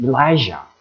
Elijah